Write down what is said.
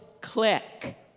click